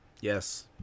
Yes